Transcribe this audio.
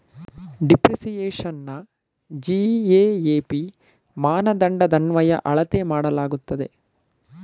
ಡಿಪ್ರಿಸಿಯೇಶನ್ನ GAAP ಮಾನದಂಡದನ್ವಯ ಅಳತೆ ಮಾಡಲಾಗುತ್ತದೆ